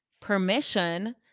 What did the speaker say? permission